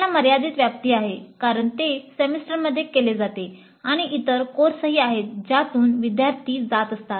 याला मर्यादित व्याप्ती आहे कारण ते सेमेस्टरमध्ये केले जाते आणि इतर कोर्सही आहेत ज्यातून विद्यार्थी जात असतात